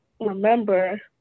remember